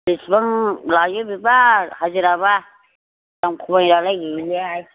बेसेबां लायो बेबा हाजिरायाबा दाम खमायब्ला गैलियाहाय